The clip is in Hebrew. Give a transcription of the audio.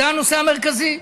זה הנושא המרכזי.